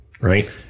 Right